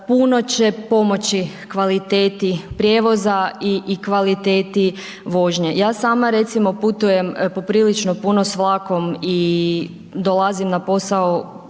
puno će pomoći kvaliteti prijevoza i kvaliteti vožnje. Ja sama recimo putujem poprilično puno s vlakom i dolazim na posao